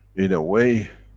in a way,